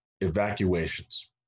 evacuations